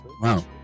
Wow